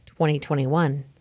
2021